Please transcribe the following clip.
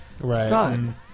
son